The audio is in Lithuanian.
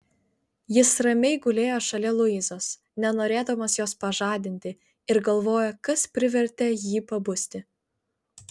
jis ramiai gulėjo šalia luizos nenorėdamas jos pažadinti ir galvojo kas privertė jį pabusti